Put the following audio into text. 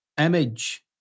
image